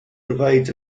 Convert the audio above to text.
provides